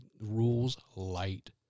rules-light